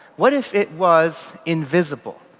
what if it was invisible?